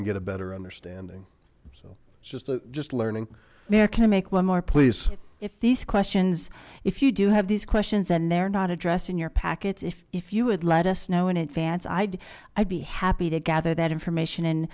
and get a better understanding so it's just just learning may i can i make one more please if these questions if you do have these questions and they're not addressed in your packets if if you would let us know in advance i'd i'd be happy to gather that information and